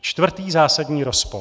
Čtvrtý zásadní rozpor.